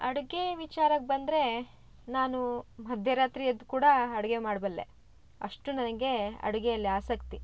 ಅಡುಗೆ ವಿಚಾರಕ್ಕೆ ಬಂದರೆ ನಾನೂ ಮಧ್ಯರಾತ್ರಿ ಎದ್ದು ಕೂಡ ಅಡುಗೆ ಮಾಡಬಲ್ಲೆ ಅಷ್ಟು ನನಗೆ ಅಡುಗೆಯಲ್ಲಿ ಆಸಕ್ತಿ